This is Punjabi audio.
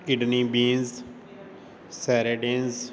kidney beans sardine